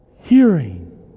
hearing